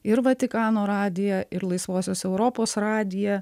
ir vatikano radiją ir laisvosios europos radiją